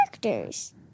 characters